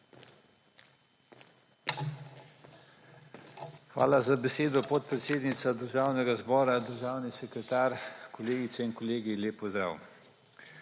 Hvala za besedo, podpredsednica Državnega zbora. Državni sekretar, kolegice in kolegi, lep pozdrav!